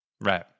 Right